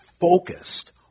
focused